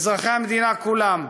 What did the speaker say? אזרחי המדינה כולם.